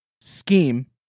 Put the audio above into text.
scheme